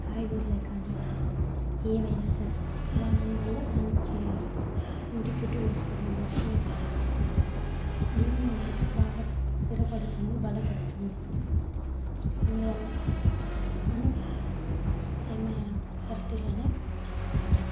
కాయగూరలు కానీ ఏవైనా సరే వ దానివల్ల దాని చే ఇంటి చుట్టూ వేసుకోడం వల్ల మనకి భూమి అనేది బాగా స్థిరపడుతుంది బలపడుతుంది అందువల్ల మనం ఏమైనా పెరటిలోనే చేసుకుంటాం